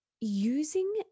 using